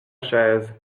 chaise